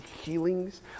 healings